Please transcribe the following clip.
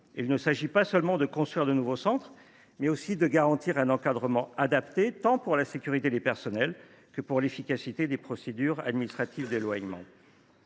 : il s’agit non pas seulement de construire de nouveaux centres, mais aussi de garantir un encadrement adapté, tant pour la sécurité des personnels que pour l’efficacité des procédures administratives d’éloignement.